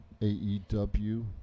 aew